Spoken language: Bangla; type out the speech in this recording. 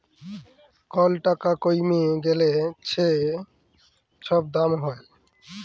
কল টাকা কইমে গ্যালে যে ছব দাম হ্যয়